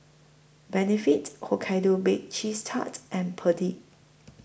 Benefit Hokkaido Baked Cheese Tart and Perdix